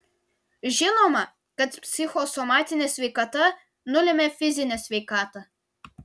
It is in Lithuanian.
žinoma kad psichosomatinė sveikata nulemia fizinę sveikatą